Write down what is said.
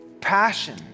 Passion